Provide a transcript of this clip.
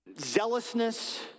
zealousness